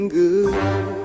good